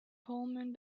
pullman